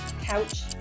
Couch